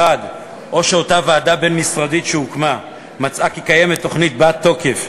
1. אותה ועדה בין-משרדית מצאה כי קיימת תוכנית בת-תוקף,